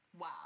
Wow